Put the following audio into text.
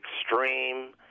extreme